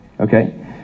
Okay